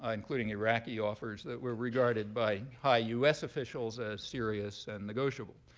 ah including iraqi offers that were regarded by high us officials as serious and negotiable.